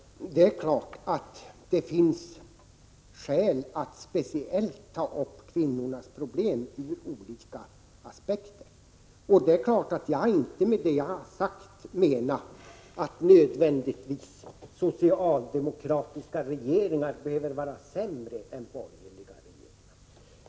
Herr talman! Det är klart att det finns skäl att speciellt ta upp kvinnornas problem ur olika aspekter. Jag har inte med det jag har sagt menat att socialdemokratiska regeringar nödvändigtvis behöver vara sämre än borgerliga regeringar.